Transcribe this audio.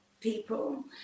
people